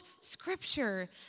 scripture